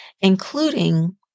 including